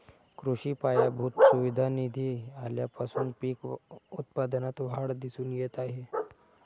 कृषी पायाभूत सुविधा निधी आल्यापासून पीक उत्पादनात वाढ दिसून येत आहे